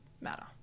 matter